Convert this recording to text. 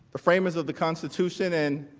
the framers of the constitution in